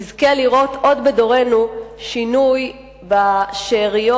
נזכה לראות עוד בדורנו שינוי בשאריות,